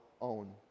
own